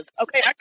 okay